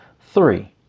Three